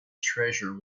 treasure